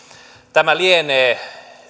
tämä lienee